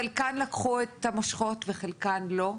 חלקם לקחו את המושכות וחלקם לא.